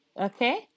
Okay